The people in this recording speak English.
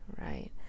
right